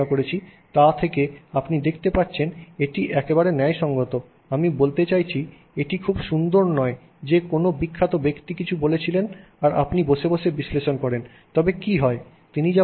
সুতরাং তিনি এর জন্য প্রচুর কৃতিত্ব অর্জন করেন এবং আপনি যেমনটি এই ক্লাসের শেষ শ্রেণিতে আলোচনা করেছি তা থেকে আপনি দেখতে পাচ্ছেন এটি একেবারে ন্যায়সঙ্গত আমি বলতে চাইছি এটি খুব সুন্দর নয় যে কোনও বিখ্যাত ব্যক্তি কিছু বলেছিলেন যা আপনি বসে বসে বিশ্লেষণ করেন তবে কী হয়